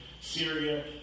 Syria